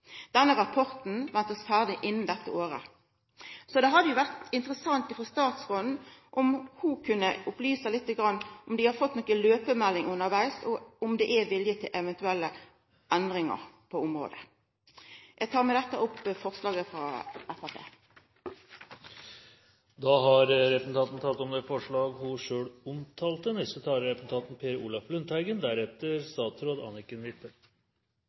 Denne rapporten er venta å bli ferdig innan dette året. Det hadde vore interessant om statsråd kunne opplysa litt om dei har fått noka løypemelding undervegs, og om det er vilje til eventuelle endringar på området. Eg tek med dette opp forslaget frå Framstegspartiet. Representanten Laila Marie Reiertsen har tatt opp det